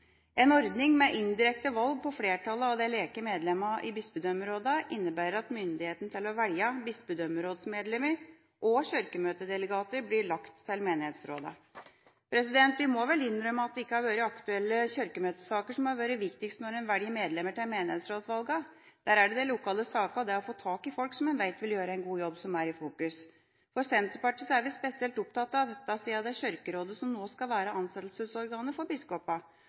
En ordning med indirekte valg på flertallet av de leke medlemmene i bispedømmerådene innebærer at myndigheten til å velge bispedømmerådsmedlemmer og kirkemøtedelegater blir lagt til menighetsrådene. Vi må vel innrømme at det ikke har vært aktuelle kirkemøtesaker som har vært viktigst når en velger medlemmer til menighetsrådene. Der er det de lokale sakene og det å få tak i folk som en vet vil gjøre en god jobb, som er i fokus. I Senterpartiet er vi spesielt opptatt av dette, siden det er Kirkerådet som nå skal være ansettelsesorgan for